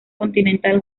continental